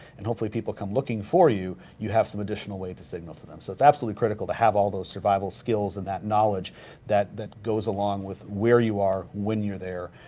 and hopefully people come looking for you, you have some additional way to signal to them. so it's absolutely critical to have all those survival skills and that knowledge that that goes along with where you are, when you're there,